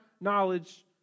knowledge